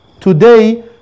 Today